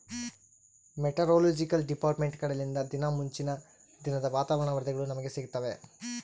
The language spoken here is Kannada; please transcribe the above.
ಮೆಟೆರೊಲೊಜಿಕಲ್ ಡಿಪಾರ್ಟ್ಮೆಂಟ್ ಕಡೆಲಿಂದ ದಿನಾ ಮುಂಚಿನ ದಿನದ ವಾತಾವರಣ ವರದಿಗಳು ನಮ್ಗೆ ಸಿಗುತ್ತವ